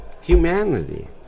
Humanity